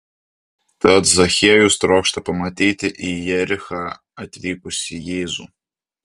tad zachiejus trokšta pamatyti į jerichą atvykusį jėzų